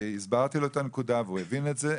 והסברתי לו את הנקודה והוא הבין את זה,